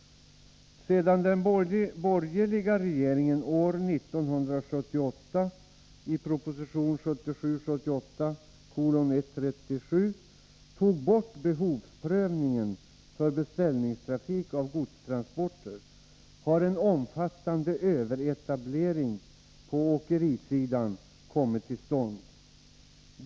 Sedan den borgerliga regeringen år 1978 i proposition 1977/78:137 tog bort behovsprövningen för beställningstrafik av godstransporter har en omfattande överetablering på åkerisidan ägt rum.